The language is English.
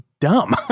dumb